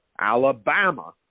Alabama